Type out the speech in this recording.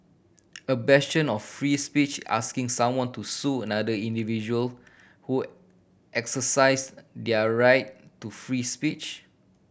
a bastion of free speech asking someone to sue another individual who exercised their right to free speech